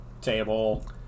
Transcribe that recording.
table